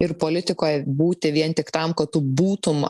ir politikoje būti vien tik tam kad būtum